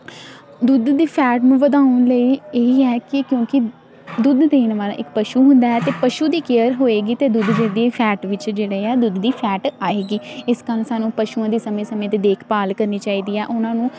ਦੁੱਧ ਦੀ ਫੈਟ ਨੂੰ ਵਧਾਉਣ ਲਈ ਇਹੀ ਹੈ ਕਿ ਕਿਉਂਕਿ ਦੁੱਧ ਦੇਣ ਵਾਲਾ ਇੱਕ ਪਸ਼ੂ ਹੁੰਦਾ ਹੈ ਅਤੇ ਪਸ਼ੂ ਦੀ ਕੇਅਰ ਹੋਏਗੀ ਅਤੇ ਦੁੱਧ ਜਿਹਦੀ ਫੈਟ ਵਿੱਚ ਜਿਹੜੇ ਆ ਦੁੱਧ ਦੀ ਫੈਟ ਆਏਗੀ ਇਸ ਕਾਰਨ ਸਾਨੂੰ ਪਸ਼ੂਆਂ ਦੀ ਸਮੇਂ ਸਮੇਂ 'ਤੇ ਦੇਖਭਾਲ ਕਰਨੀ ਚਾਹੀਦੀ ਆ ਉਹਨਾਂ ਨੂੰ